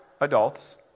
adults